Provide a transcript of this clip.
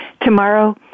tomorrow